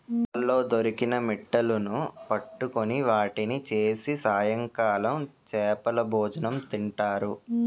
పొలాల్లో దొరికిన మిట్టలును పట్టుకొని వాటిని చేసి సాయంకాలం చేపలభోజనం తింటారు